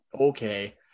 okay